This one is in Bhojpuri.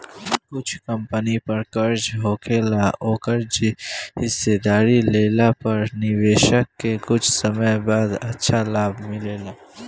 कुछ कंपनी पर कर्जा होखेला ओकर हिस्सेदारी लेला पर निवेशक के कुछ समय बाद अच्छा लाभ मिलेला